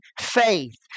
faith